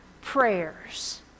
prayers